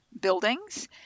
buildings